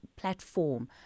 platform